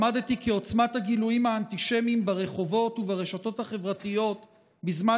למדתי כי עוצמת הגילויים האנטישמיים ברחובות וברשתות החברתיות בזמן